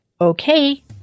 Okay